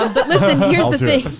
but listen to me.